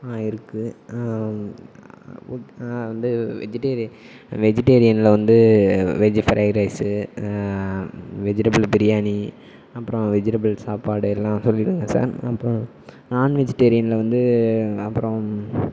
ஆ இருக்குது ஓக் வந்து வெஜிடேரியன் வெஜிடேரியனில் வந்து veggie fried rice vegetable biryani அப்புறம் வெஜிடபிள் சாப்பாடு எல்லாம் சொல்லிடுங்க சார் அப்புறம் நான் வெஜிடேரியனில் வந்து அப்புறம்